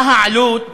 מה העלות,